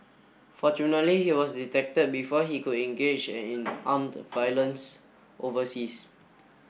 fortunately he was detected before he could engage and in armed violence overseas